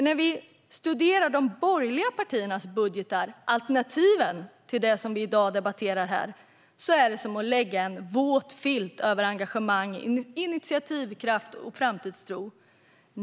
När vi studerar de borgerliga partiernas budgetar - alternativen till det som vi debatterar här i dag - är det som att lägga en våt filt över engagemang, initiativkraft och framtidstro.